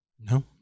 No